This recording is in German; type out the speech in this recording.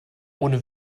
ohne